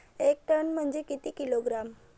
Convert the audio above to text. एक टन म्हनजे किती किलोग्रॅम?